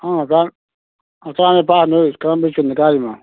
ꯅꯆꯥ ꯅꯨꯄꯥꯗꯣ ꯀꯔꯝꯕ ꯁ꯭ꯀꯨꯜꯗ ꯀꯥꯔꯤꯅꯣ